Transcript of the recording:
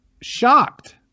shocked